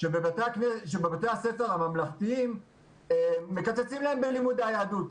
שבבתי הספר הממלכתיים מקצצים להם בלימודי היהדות.